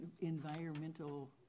environmental